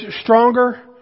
stronger